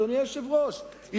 אדוני היושב-ראש.